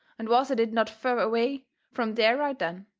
and was at it not fur away from there right then.